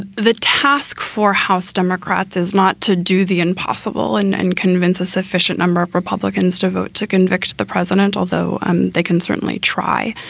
the the task for house democrats is not to do the impossible and and convince a sufficient number of republicans to vote to convict the president, although um they can certainly try.